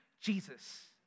Jesus